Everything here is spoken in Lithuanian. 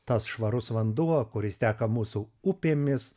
tas švarus vanduo kuris teka mūsų upėmis